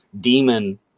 demon